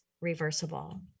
reversible